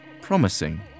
promising